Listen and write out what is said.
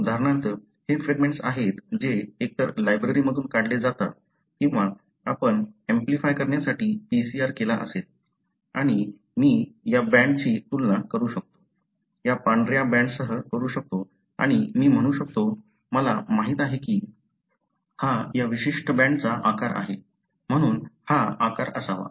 उदाहरणार्थ हे फ्रॅगमेंट्स आहेत जे एकतर लायब्ररीमधून काढले जातात किंवा आपण ऍम्प्लिफाय करण्यासाठी PCR केला असेल आणि मी या बँडची तुलना करू शकतो या पांढऱ्या बँडसह करू शकतो आणि मी म्हणू शकतो मला माहित आहे की हा या विशिष्ट बँडचा आकार आहे म्हणून हा आकार असावा